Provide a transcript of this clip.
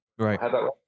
Right